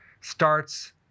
starts